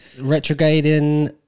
retrograding